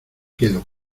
quedo